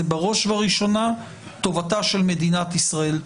הוא טובתה של מדינת ישראל.